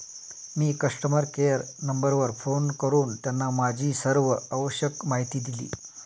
मी customer care नंबरवर phone करून त्यांना माझी सर्व आवश्यक माहिती दिली